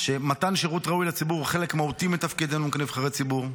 מתן שירות ראוי לציבור הוא חלק מהותי מתפקידנו כנבחרי ציבור.